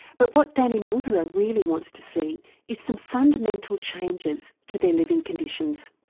but what danny munkura really wants to see is some fundamental changes to their living conditions.